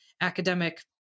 academic